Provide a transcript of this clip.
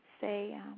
say